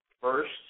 first